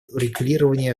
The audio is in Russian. урегулирования